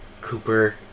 Cooper